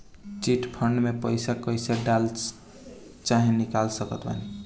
Chit fund मे पईसा कईसे डाल चाहे निकाल सकत बानी?